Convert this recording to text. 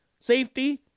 safety